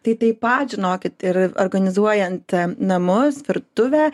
tai taip pat žinokit ir organizuojant namus virtuvę